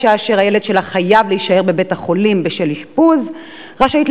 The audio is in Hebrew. אשה אשר ילדה חייב להישאר בבית-החולים בשל אשפוז רשאית